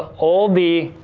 ah all the,